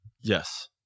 Yes